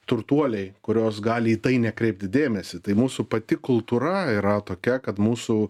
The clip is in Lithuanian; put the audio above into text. turtuoliai kurios gali į tai nekreipti dėmesį tai mūsų pati kultūra yra tokia kad mūsų